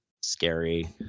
scary